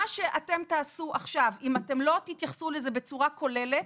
אם אתם לא תתייחסו לזה בצורה כוללת,